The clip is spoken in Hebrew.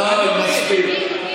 רבותיי, מספיק.